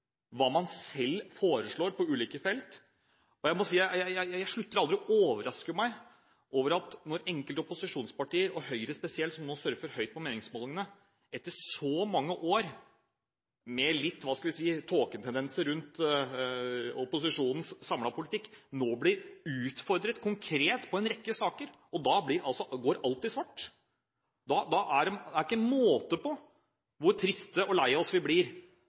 hva man selv foreslår på ulike felt. Jeg må si at jeg slutter aldri å bli overrasket over at enkelte opposisjonspartier – og Høyre spesielt, som nå surfer høyt på meningsmålingene – etter så mange år med litt, hva skal vi si, tåketendenser rundt opposisjonens samlede politikk, nå blir utfordret konkret på en rekke saker. Da går alt i svart. Det er ikke måte på hvor triste og hvor lei oss vi blir